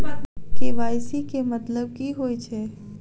KYC केँ मतलब की होइ छै?